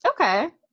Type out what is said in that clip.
Okay